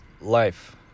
life